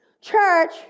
Church